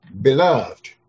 beloved